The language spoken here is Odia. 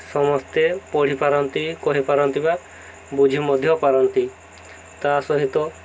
ସମସ୍ତେ ପଢ଼ିପାରନ୍ତି କହିପାରନ୍ତି ବା ବୁଝି ମଧ୍ୟ ପାରନ୍ତି ତା' ସହିତ